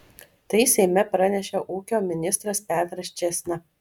tai seime pranešė ūkio ministras petras čėsna